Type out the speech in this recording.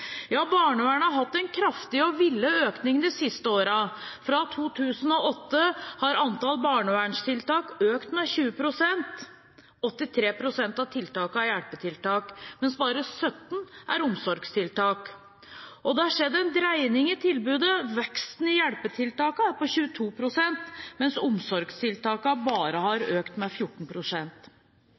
Ja, barnevernet har hatt en kraftig og villet økning de siste årene. Fra 2008 har antallet barnevernstiltak økt med 20 pst. 83 pst. av tiltakene er hjelpetiltak, mens bare 17 pst. er omsorgstiltak. Det har skjedd en dreining i tilbudet. Veksten i hjelpetiltakene er på 22 pst., mens omsorgstiltakene bare har økt med